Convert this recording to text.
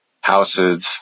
houses